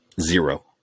Zero